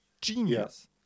genius